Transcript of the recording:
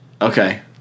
Okay